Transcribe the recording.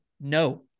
no